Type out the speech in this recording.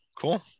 cool